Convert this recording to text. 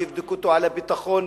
יבדקו אותו על הביטחון,